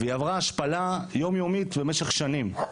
היא עברה השפלה יומיומית במשך שנים.